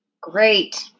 Great